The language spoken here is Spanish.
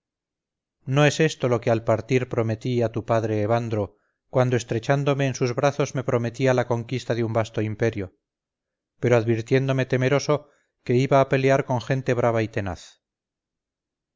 no es esto lo que al partir prometí a tu padre evandro cuando estrechándome en sus brazos me prometía la conquista de un vasto imperio pero advirtiéndome temeroso que iba a pelear con gente brava y tenaz